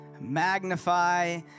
Magnify